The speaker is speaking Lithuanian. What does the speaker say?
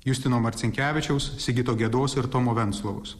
justino marcinkevičiaus sigito gedos ir tomo venclovos